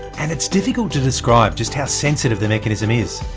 and its difficult to describe just how sensitive the mechanism is.